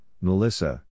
melissa